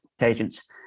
agents